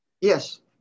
Yes